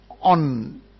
on